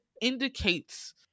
indicates